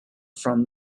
from